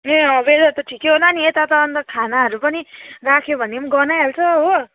ए अँ वेदर त ठिकै होला नि यता त अन्त खानाहरू पनि राख्यो भने पनि गनाइहाल्छ हो